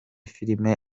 filime